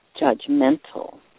judgmental